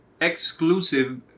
exclusive